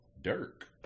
Dirk